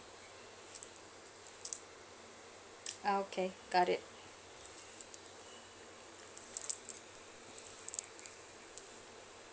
uh okay got it